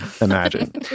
imagine